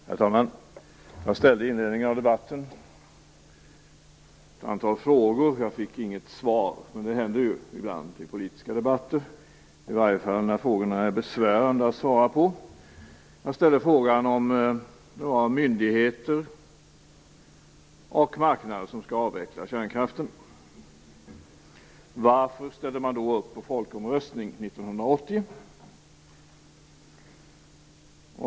Herr talman! Jag ställde i inledningen av debatten ett antal frågor, men jag fick inget svar. Det händer ibland i politiska debatter, i varje fall om det är besvärande att svara på frågorna. Jag ställde frågan om det var myndigheter och marknaden som skulle avveckla kärnkraften och varför man då ställde upp på folkomröstningen 1980.